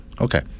Okay